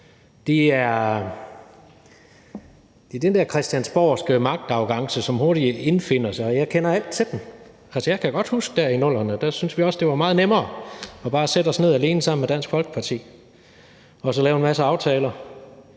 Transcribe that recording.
Det er den der christiansborgske magtarrogance, som hurtigt indfinder sig. Jeg kender alt til den. Jeg kan godt huske, at vi dengang i 00'erne syntes, det var meget nemmere bare at sætte os ned alene med Dansk Folkeparti og så lave en masse aftaler,